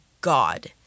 God